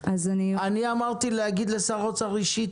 שוטף פלוס 90. אדריכל שעובד מול מועצה אזורית משגב